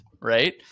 right